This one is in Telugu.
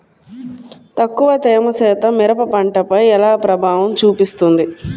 తక్కువ తేమ శాతం మిరప పంటపై ఎలా ప్రభావం చూపిస్తుంది?